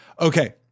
Okay